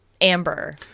amber